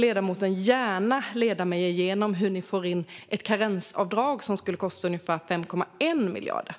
Ledamoten får gärna leda mig igenom hur Socialdemokraterna får in ett karensavdrag som skulle kosta ungefär 5,1 miljarder.